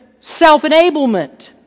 self-enablement